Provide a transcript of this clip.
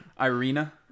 Irina